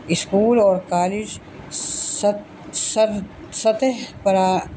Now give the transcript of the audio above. school اور college سطح پرا